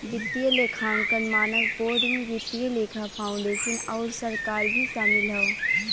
वित्तीय लेखांकन मानक बोर्ड में वित्तीय लेखा फाउंडेशन आउर सरकार भी शामिल हौ